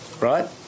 right